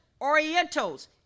Orientals